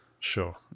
Sure